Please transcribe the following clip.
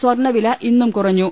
സ്വർണ്ണവില ഇന്നും കുറഞ്ഞു